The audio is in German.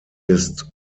ist